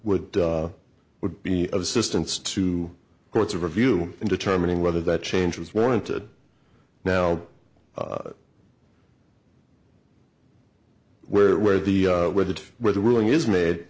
would be of assistance to courts of review in determining whether that changes warranted now where where the where the where the ruling is made